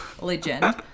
legend